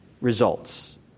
results